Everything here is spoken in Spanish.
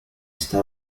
está